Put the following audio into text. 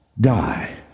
die